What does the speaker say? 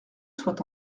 soit